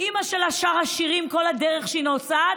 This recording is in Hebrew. אימא שלה שרה שירים כל הדרך כשהיא נוסעת,